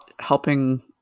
helping